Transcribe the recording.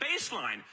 baseline